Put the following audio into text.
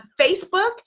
Facebook